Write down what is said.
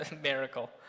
miracle